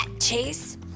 Chase